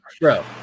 Bro